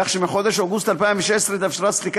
כך שמחודש אוגוסט 2016 התאפשרה סליקה